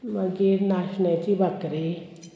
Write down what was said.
मागीर नाशण्याची बाकरी